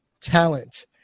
talent